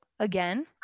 again